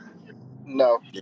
No